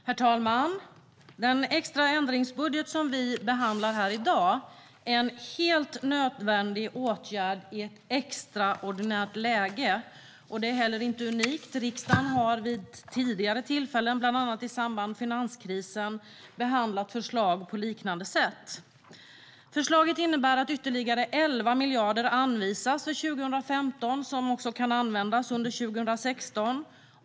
Herr talman! Den extra ändringsbudget som vi behandlar här i dag är en helt nödvändig åtgärd i ett extraordinärt läge. Det är inte heller unikt. Riksdagens har vid tidigare tillfällen, bland annat i samband med finanskrisen, behandlat förslag på liknande sätt. Förslaget innebär att ytterligare 11 miljarder anvisas för 2015 som också kan användas under 2016.